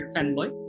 fanboy